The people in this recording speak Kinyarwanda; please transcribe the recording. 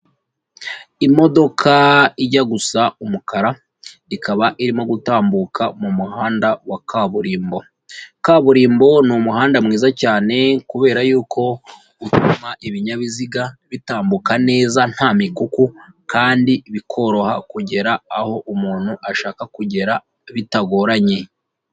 Imodoka ijya gusa umukara, ikaba irimo gutambuka mu muhanda wa kaburimbo. Kaburimbo ni umuhanda mwiza cyane, kubera yuko utuma ibinyabiziga bitambuka neza nta mikuku, kandi bikoroha kugera aho umuntu ashaka kugera bitagoranye.